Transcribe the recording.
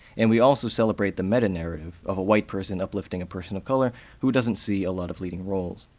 and we also celebrate the meta-narrative, of a white person uplifting a person of color who doesn't see a lot of leading roles.